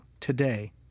today